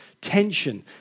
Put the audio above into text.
tension